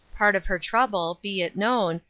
part of her trouble, be it known,